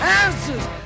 answers